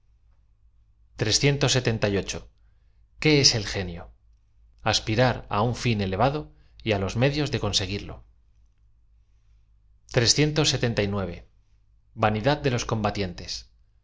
ué es el geniof aspirar áun fln elevado y á los medios de conseguirlo de los combatieniéi